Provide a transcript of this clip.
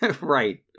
Right